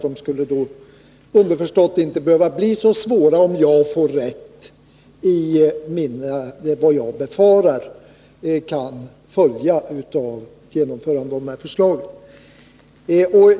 De skulle underförstått inte behöva bli så svåra, om jag får rätt i mina farhågor om vad som kan följa med genomförandet av dem.